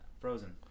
frozen